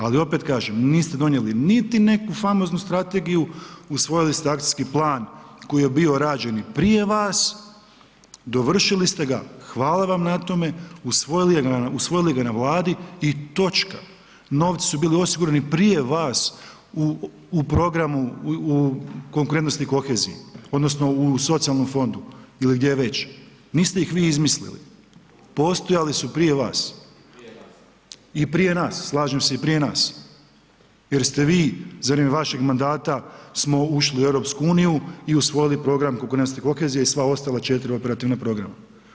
Ali opet kažem, niste donijeli niti neku famoznu strategiju, usvojili ste akcijski plan koji je bio rađen i prije vas, dovršili ste ga, hvala vam na tome, usvojili ga na Vladi i točka, novci su bili osigurani prije vas u programu, u konkretnosti i koheziji odnosno u socijalnom fondu ili gdje već, niste ih vi izmislili, postojali su prije vas. … [[Upadica sa strane, ne razumije se.]] I prije nas, slažem se, i prije nas jer ste vi za vrijeme vašeg mandata smo ušli u EU i usvojili Program konkurentnosti i kohezije i sva ostala 4 operativna programa.